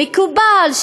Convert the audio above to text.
מקובל,